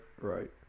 Right